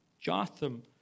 Jotham